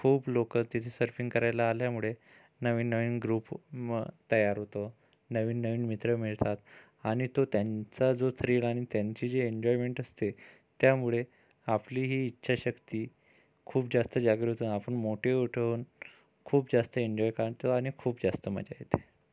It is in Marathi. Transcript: तिथं सर्फिंग करायला आल्यामुळे नवीन नवीन ग्रुप मग तयार होतो नवीन नवीन मित्र मिळतात आणि तो त्यांचा जो थ्रिल आणि त्यांची जी एन्जॉयमेंट असते त्यामुळे आपलीही इच्छाशक्ती खूप जास्त जागृत होऊन आपण मोठे होतो खूप जास्त एन्जॉय करतो आणि खूप जास्त मजा येते